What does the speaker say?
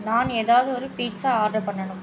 நான் ஏதாவது ஒரு பீட்சா ஆர்டர் பண்ணணும்